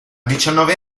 diciannove